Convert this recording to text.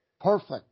Perfect